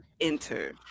enter